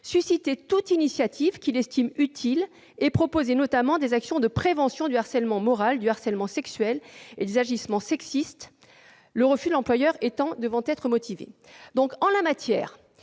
susciter toute initiative qu'il estime utile et proposer des actions de prévention du harcèlement moral, sexuel et des agissements sexistes, le refus de l'employeur devant être motivé. En la matière,